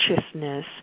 consciousness